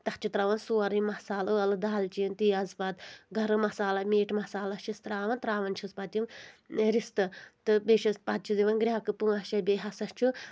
تَتھ چھِ تراوان سورُے مسالہٕ ٲلہٕ دالچیٖن تیز پَتہٕ گرٕم مسالا میٖٹ مسالا چھِس تراوان تراوان چھِس پَتہٕ یِم رِستہٕ تہٕ بیٚیہِ چھِس پَتہٕ چھِس دِوَان گرٛؠکہٕ پانٛژھ شےٚ بیٚیہِ ہسا چھُ